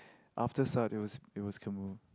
after Saat it was it was Kamu